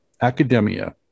Academia